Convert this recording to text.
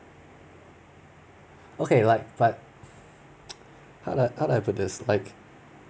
okay like but how do I how do I put this like